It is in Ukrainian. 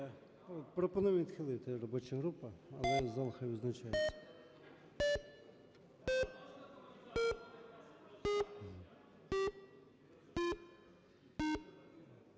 Пропонує відхилити робоча група, але зал хай визначається.